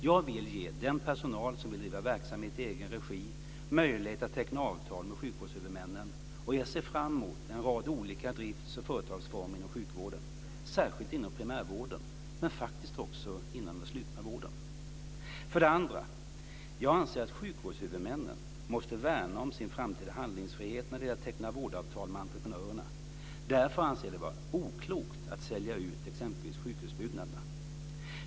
Jag vill ge den personal som vill driva verksamhet i egen regi möjlighet att teckna avtal med sjukvårdshuvudmännen, och jag ser fram emot en rad olika drifts och företagsformer inom sjukvården, särskilt inom primärvården men faktiskt också inom den slutna vården. För det andra anser jag att sjukvårdshuvudmännen måste värna om sin framtida handlingsfrihet när det gäller att teckna vårdavtal med entreprenörerna. Därför anser jag att det är oklokt att sälja ut exempelvis sjukhusbyggnaderna.